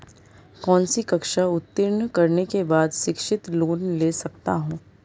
कौनसी कक्षा उत्तीर्ण करने के बाद शिक्षित लोंन ले सकता हूं?